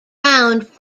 ground